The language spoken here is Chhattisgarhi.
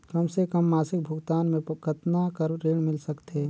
कम से कम मासिक भुगतान मे कतना कर ऋण मिल सकथे?